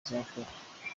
azakora